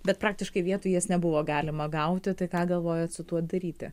bet praktiškai vietų į jas nebuvo galima gauti tai ką galvojat su tuo daryti